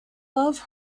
love